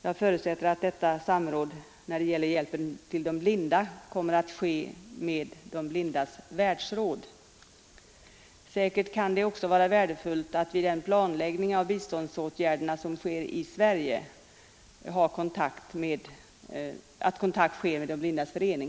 Jag förutsätter att detta samråd när det gäller hjälpen till de blinda kommer att ske med De blindas världsråd. Säkert kan det också vara värdefullt att vid den planläggning av biståndsåtgärderna som sker i Sverige ha kontakt med De blindas förening.